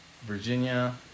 Virginia